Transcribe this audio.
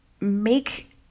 make